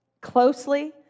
closely